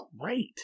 great